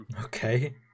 Okay